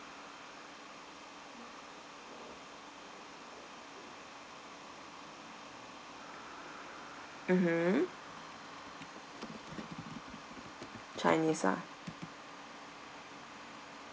mmhmm chinese ah